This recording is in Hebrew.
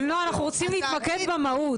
אבל נעה אנחנו רוצים להתמקד במהות.